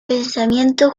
pensamiento